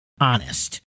honest